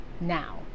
now